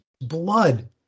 blood